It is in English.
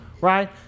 right